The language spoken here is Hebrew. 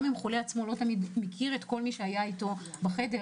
גם אם חולה לא תמיד מכיר את כל מי שהיה איתו בחדר.